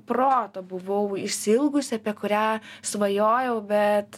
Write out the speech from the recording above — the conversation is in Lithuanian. proto buvau išsiilgusi apie kurią svajojau bet